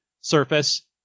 surface